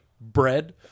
bread